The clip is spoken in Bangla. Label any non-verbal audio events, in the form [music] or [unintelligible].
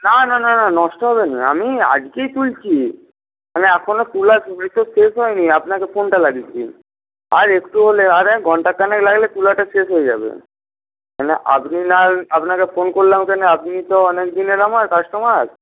না না না না নষ্ট হবে না আমি আজকেই তুলছি মানে এখনো তুলা [unintelligible] শেষ হয়নি আপনাকে ফোনটা লাগিয়েছি আর একটু হলে আর ঘন্টা খানেক লাগলে তুলাটা শেষ হয়ে যাবে [unintelligible] আপনি না আপনাকে ফোন করলাম কেন আপনি তো অনেকদিনের আমার কাস্টমার